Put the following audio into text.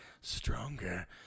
stronger